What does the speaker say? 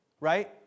Right